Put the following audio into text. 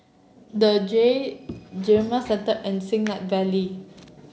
the Jade Gamden Centre and Siglap Valley